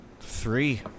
Three